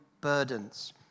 burdens